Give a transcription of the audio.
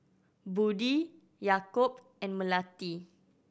Budi Yaakob and Melati